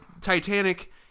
Titanic